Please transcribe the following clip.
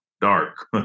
dark